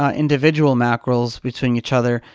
ah individual mackerels between each other,